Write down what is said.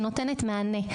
שנותנת מענה.